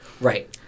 Right